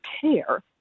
care